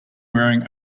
wearing